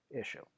issue